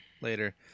later